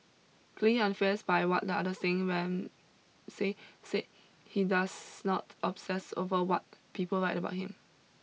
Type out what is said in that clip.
clearly unfazed by what the others think Ramsay said said he does not obsess over what people write about him